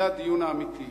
זה הדיון האמיתי.